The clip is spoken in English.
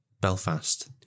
Belfast